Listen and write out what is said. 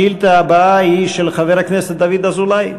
השאילתה הבאה היא של חבר הכנסת דוד אזולאי,